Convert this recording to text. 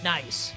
Nice